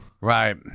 Right